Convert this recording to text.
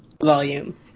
volume